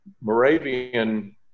Moravian